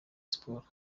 sports